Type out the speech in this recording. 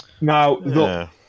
Now